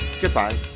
Goodbye